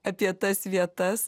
apie tas vietas